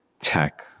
tech